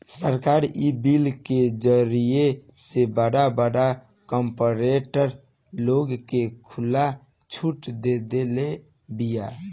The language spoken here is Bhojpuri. सरकार इ बिल के जरिए से बड़ बड़ कार्पोरेट लोग के खुला छुट देदेले बिया